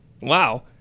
Wow